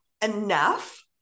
enough